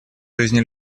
жизни